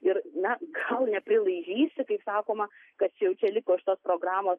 ir na gal neprilaižysi kaip sakoma kas jau čia liko iš tos programos